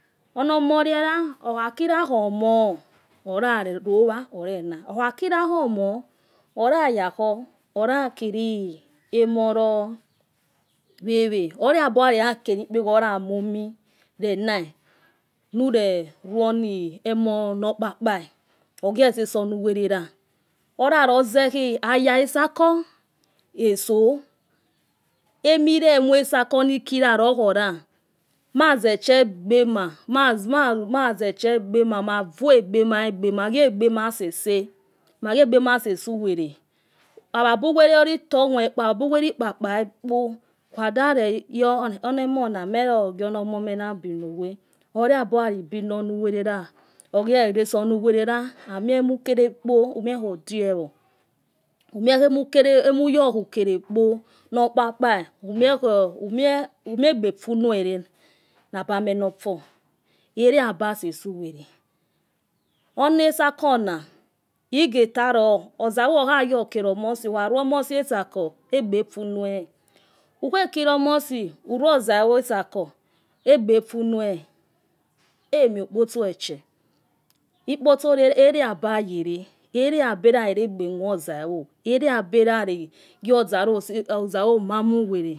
Omo he la okhakilo omor. oralowa orena okhakila omor. olayayo. oyakeliemo lowht who ule. abilolalo keleni kpeholor lamomuo. orena. nulelu emor nu vhavha ogu sososo nu. uwele la, olaloze aya etsalco. eso. emile emo etsakonikila louola. mazecuo gbema, mauaegeegbe ma egbe, maghi egbema sese uwele ababa bu uwele otor muo kpo ababi uwolo olo uaavha, okhada yo enemor namero ghi omome bino gwe, ouaboya ubinonu, uwele la, ugie lesounnu uwele, amos emukelekpo amiehodiawo umio emuyokhukelekpo nor uhavha, umeegbe funobiere naba ame nofuo, aliabs lesu uwele ona etsakona igetalo ozaivo akhoyo okolo. omosi, ukharuo omosi uruo ozoivo etsako egbe efuno eh amlo, opotso echa ipotso la ligbayelo, eunbiluliro egba muo ozaiuo mama ozaivo